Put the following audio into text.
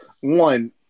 One